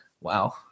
wow